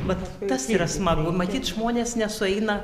vat tas yra smagu matyt žmonės nesueina